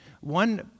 One